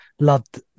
Loved